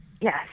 Yes